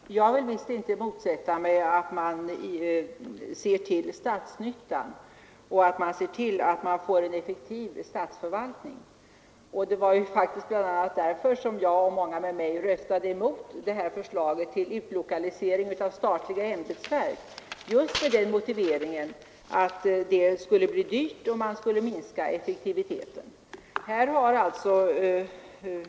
Herr talman! Jag vill visst inte motsätta mig att man ser till statsnyttan och att man försöker få en effektiv statsförvaltning. Det var faktiskt bl.a. därför som jag och många med mig röstade emot förslaget om utlokalisering av statliga ämbetsverk — det skedde just med den motiveringen att det skulle bli dyrt och minska effektiviteten.